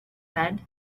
said